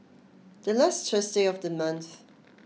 the last Thursday of the month